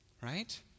Right